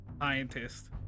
scientist